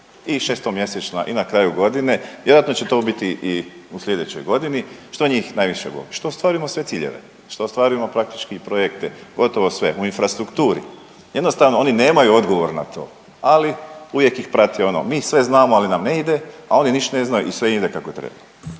i šestomjesečna i na kraju godine. Vjerojatno će to biti i u sljedećoj godini. Što njih najviše boli? Što ostvarimo sve ciljeve, što ostvarimo praktički projekte gotovo sve. U infrastrukturi jednostavno oni nemaju odgovor na to, ali uvijek ih prati ono mi sve znamo ali nam ne ide, a oni niš ne znaju i sve im ide kako treba.